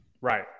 Right